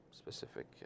Specific